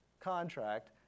contract